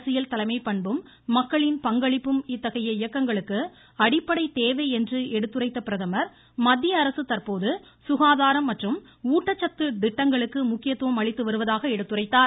அரசியல் தலைமை பண்பும் மக்களின் பங்களிப்பும் இத்தகைய இயக்கங்களுக்கு அடிப்படை தேவை என்று எடுத்துரைத்த பிரதமர் மத்திய அரசு தற்போது சுகாதாரம் மற்றும் ஊட்டச்சத்து திட்டங்களுக்கு முக்கியத்துவம் அளித்துவருவதாக எடுத்துரைத்தார்